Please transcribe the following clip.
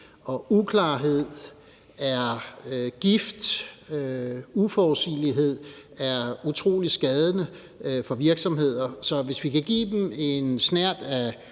og uklarhed gift, og uforudsigelighed er utrolig skadende for virksomhederne. Så hvis vi kan give dem en snert af